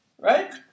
right